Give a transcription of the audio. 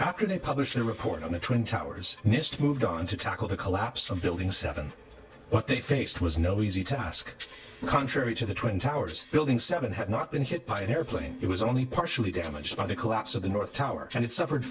after they published a report on the twin towers nist moved on to tackle the collapse of building seven but they faced was no easy task contrary to the twin towers building seven had not been hit by an airplane it was only partially damaged by the collapse of the north tower and it suffered